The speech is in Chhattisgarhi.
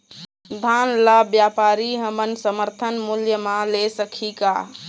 धान ला व्यापारी हमन समर्थन मूल्य म ले सकही का?